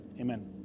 Amen